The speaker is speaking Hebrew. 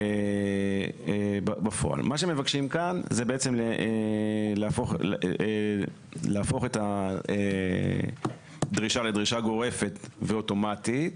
מה שמבקשים כאן זה להפוך את הדרישה לדרישה גורפת ואוטומטית,